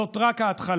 זאת רק ההתחלה.